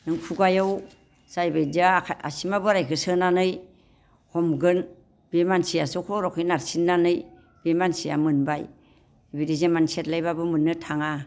नों खुगायाव जाय बायदिया आखाइ आसिमा बोरायखौ सोनानै हमगोन बे मानसियासो खर'खै नारसिननानै बे मानसिया मोनबाय बिदि जेमान सेलायब्लाबो मोननो थाङा